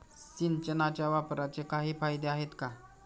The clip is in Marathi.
सिंचनाच्या वापराचे काही फायदे आहेत का?